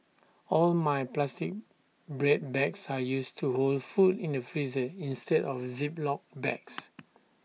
all my plastic bread bags are used to hold food in the freezer instead of Ziploc bags